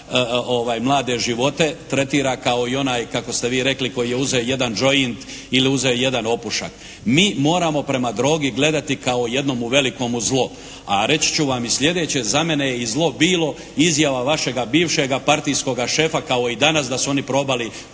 mlade živote tretira kao i onaj, kako ste vi rekli koji je uzeo jedan "joint" ili uzeo jedan opušak. Mi moramo prema drogi gledati kao jednomu velikomu zlu. A reći ću vam i sljedeće. Za mene je i zlo bilo izjava vašega bivšega partijskoga šefa kao i danas da su oni probali